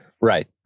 right